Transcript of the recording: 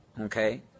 okay